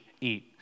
eat